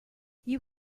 you